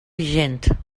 vigent